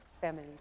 family